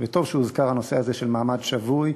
וטוב שהוזכר הנושא הזה של מעמד שבוי,